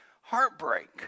Heartbreak